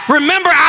Remember